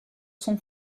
son